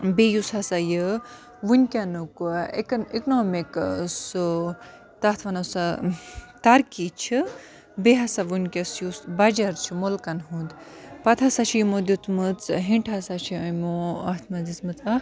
بیٚیہِ یُس ہَسا یہِ وٕنکٮ۪نُک اِکن اِکنامِک سُہ تَتھ وَنو سَہ ترقی چھِ بیٚیہِ ہَسا وٕنکٮ۪س یُس بَجَر چھُ مُلکَن ہُنٛد پَتہٕ ہَسا چھِ یِمو دیُتمُژ ہیٚنٛٹ ہَسا چھِ یِمو اَتھ منٛز دِژمٕژ اَکھ